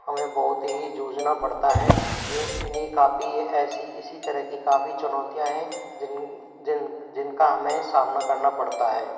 हमें बहुत ही जूझना पड़ता है यह इन्हीं काफ़ी ऐसी इसी तरह की काफ़ी चुनौतियाँ हैं जिनका हमें सामना करना पड़ता है